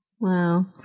Wow